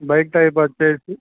bike type వచ్చేసి